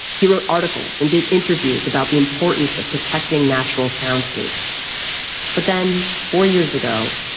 he wrote articles and did interviews about the importance of protecting natural soundscapes but then, four years ago,